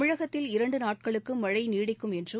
தமிழகத்தில் இரண்டுநாட்களுக்குமழைநீடிக்கும் என்றும்